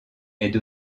aide